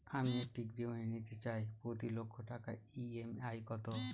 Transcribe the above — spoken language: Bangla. আমি একটি গৃহঋণ নিতে চাই প্রতি লক্ষ টাকার ই.এম.আই কত?